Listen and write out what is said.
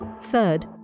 Third